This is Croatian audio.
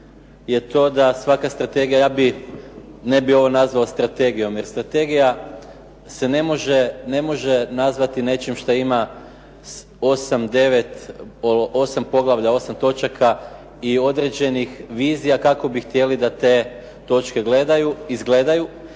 je to da svaka strategija, ja bih. Ne bih ovo nazvao strategijom, jer strategija se ne može nazvati nečim šta ima 8, 9, 8 poglavlja, 8 točaka i određenih vizija kako bi htjeli da te točke gledaju,